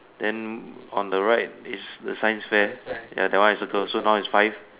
then on the right is the science fair ya that one I circle so now is five